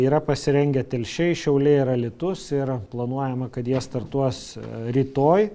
yra pasirengę telšiai šiauliai ir alytus ir planuojama kad jie startuos rytoj